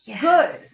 good